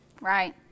right